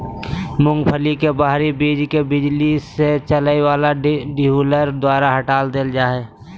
मूंगफली के बाहरी बीज के बिजली से चलय वला डीहुलर द्वारा हटा देल जा हइ